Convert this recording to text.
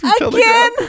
Again